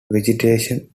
vegetation